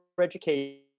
education